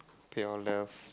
pure love